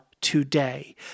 Today